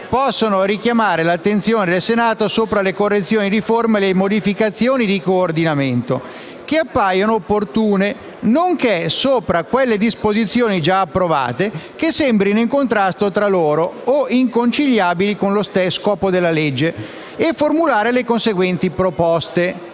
possono richiamare l'attenzione del Senato sopra le correzioni di forma e le modificazioni di coordinamento che appaiano opportune, nonché sopra quelle disposizioni già approvate che sembrino in contrasto tra loro o inconciliabili con lo scopo della legge, e formulare le conseguenti proposte».